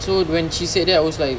so when she said that I was like